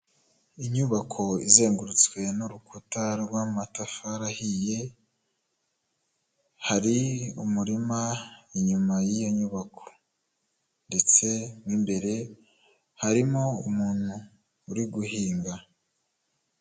Tengamara na tiveya twongeye kubatengamaza, ishimwe kuri tiveya ryongeye gutangwa ni nyuma y'ubugenzuzi isuzuma n'ibikorwa byo kugaruza umusoro byakozwe dukomeje gusaba ibiyamu niba utariyandikisha kanda kannyeri maganainani urwego ukurikiza amabwiriza nibayandikishije zirikana fatire ya ibiyemu no kwandikisha nimero yawe ya telefone itanga n amakuru.